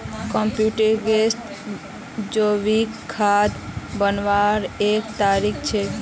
composting जैविक खाद बन्वार एक तरीका छे